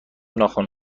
ناخن